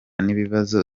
n’ibibazo